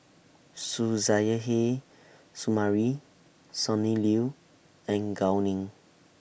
Suzairhe Sumari Sonny Liew and Gao Ning